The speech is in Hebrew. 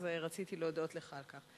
אז רציתי להודות לך על כך.